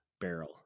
barrel